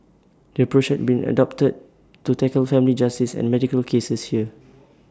the approach has been adopted to tackle family justice and medical cases here